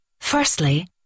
Firstly